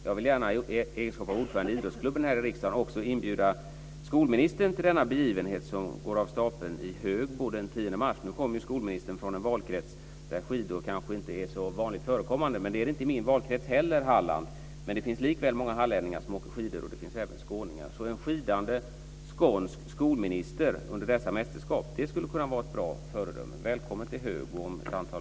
Jag vill gärna i egenskap av ordförande i idrottsklubben här i riksdagen också inbjuda skolministern till denna begivenhet som går av stapeln i Högbo den 10 mars. Nu kommer ju skolministern från en valkrets där skidor kanske inte är så vanligt förekommande. Men det är det inte i min valkrets Halland heller. Men det finns likväl många hallänningar som åker skidor och även skåningar som gör det. En skidande skånsk skolminister under dessa mästerskap skulle kunna vara ett bra föredöme. Välkommen till Högbo om ett antal veckor.